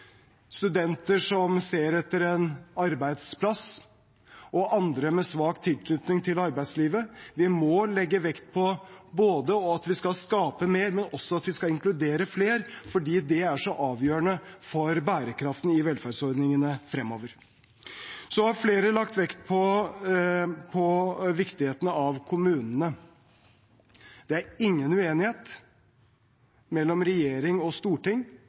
studenter som ser etter en arbeidsplass, og andre med svak tilknytning til arbeidslivet. Vi må legge vekt på å skape mer, men også på at vi skal inkludere flere, for det er så avgjørende for bærekraften i velferdsordningene fremover. Så har flere lagt vekt på viktigheten av kommunene. Det er ingen uenighet mellom regjering og storting,